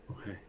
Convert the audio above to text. Okay